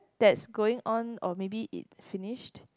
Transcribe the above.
that's going on or maybe it finish